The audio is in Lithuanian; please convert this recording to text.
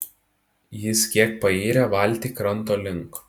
jis kiek payrė valtį kranto link